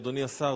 אדוני השר,